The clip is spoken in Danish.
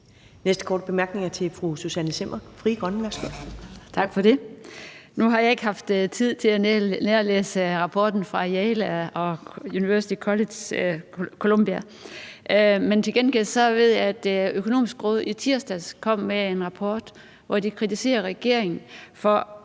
Næste korte bemærkning er til fru Susanne Zimmer, Frie Grønne. Værsgo. Kl. 13:46 Susanne Zimmer (FG): Tak for det. Nu har jeg ikke haft tid til at nærlæse rapporten fra Yale University og Colombia University, men til gengæld ved jeg, at De Økonomiske Råd i tirsdags kom med en rapport, hvor de kritiserer regeringen for